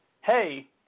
hey